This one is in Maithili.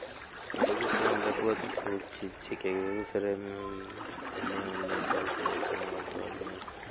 बेगूसरायमे देखबहो तऽ बहुत चीज छिकै बेगूसरायमे एन्नऽ ओन्नऽ बहुत हो जाइ छै मॉल तॉलमे